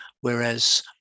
whereas